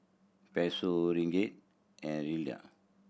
Peso Ringgit and